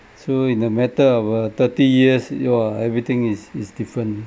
so in a matter of a thirty years !wah! everything is is different